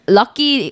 lucky